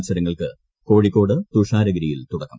മത്സരങ്ങൾക്ക് കോഴിക്കോട് തുഷാരഗിരിയിൽ തുടക്കം